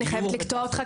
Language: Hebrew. אני חייבת לקטוע אותך,